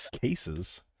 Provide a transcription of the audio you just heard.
cases